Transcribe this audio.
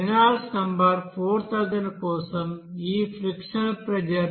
Reynolds number 4000 కోసం ఈ frictional pressure 0